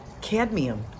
cadmium